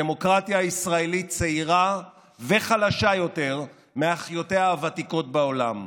הדמוקרטיה הישראלית צעירה וחלשה יותר מאחיותיה הוותיקות בעולם.